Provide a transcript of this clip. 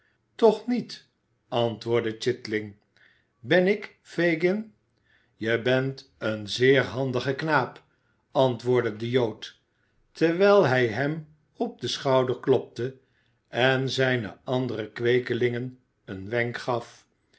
toch niet antwoordde chitling ben ik fagin je bent een zeer handige knaap antwoordde de jood terwijl hij hem op den schouder klopte en zijne andere kweekelingen een wenk gaf